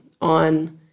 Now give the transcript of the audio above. on